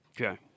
Okay